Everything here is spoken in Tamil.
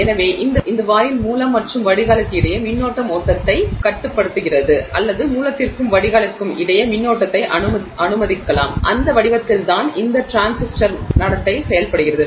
எனவே இந்த வாயில் மூலம் மற்றும் வடிகாலுக்கு இடையே மின்னோட்டம் ஓட்டத்தை கட்டுப்படுத்துகிறது அல்லது மூலத்திற்கும் வடிகாலிற்கும் இடையே மின்னோட்டத்தை அனுமதிக்கலாம் அந்த வடிவத்தில் தான் இந்த டிரான்சிஸ்டர் நடத்தை செயல்படுகிறது